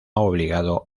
obligado